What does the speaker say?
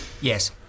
Yes